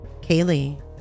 Kaylee